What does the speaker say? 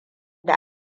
da